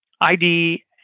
id